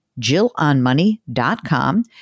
jillonmoney.com